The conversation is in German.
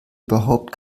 überhaupt